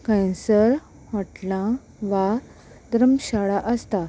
खंयसर हॉटलां वा धर्मशाळा आसता